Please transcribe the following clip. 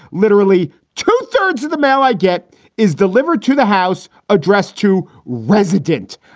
literally two thirds of the mail i get is delivered to the house address to resident.